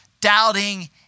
doubting